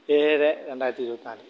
ഏഴ് രണ്ടായിരത്തി ഇരുപത്തിനാല്